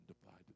divided